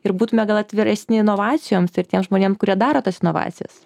ir būtume gal atviresni inovacijoms ir tiem žmonėm kurie daro tas inovacijas